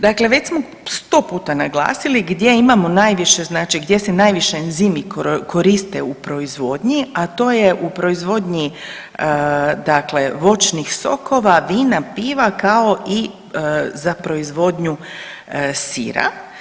Dakle već smo 100 puta naglasili gdje imamo najviše znači, gdje se najviše enzimi koriste u proizvodnji, a to je u proizvodnji voćnih sokova, vina, piva, kao i za proizvodnju sira.